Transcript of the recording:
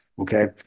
Okay